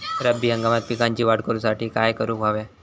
रब्बी हंगामात पिकांची वाढ करूसाठी काय करून हव्या?